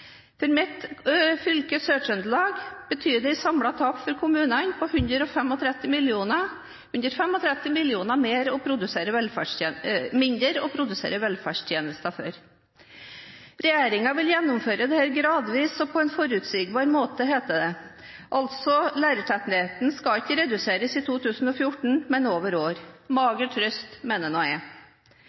For mitt fylke, Sør-Trøndelag, betyr det et samlet tap for kommunene på 135 mill. kr. Det blir 135 mill. kr mindre å produsere velferdstjenester for. Regjeringen vil gjennomføre dette gradvis og på en forutsigbar måte, heter det. Altså skal ikke lærertettheten reduseres i 2014, men over år. Det er mager trøst, mener